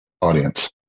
audience